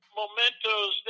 mementos